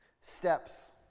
steps